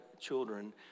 children